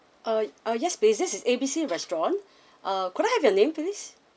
uh uh yes this this is A B C restaurant uh could I have your name please